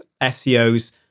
SEOs